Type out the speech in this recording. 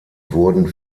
wurden